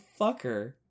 fucker